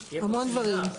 דברים.